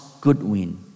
Goodwin